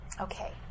Okay